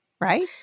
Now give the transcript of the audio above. right